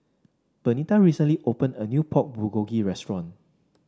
Benita recently opened a new Pork Bulgogi Restaurant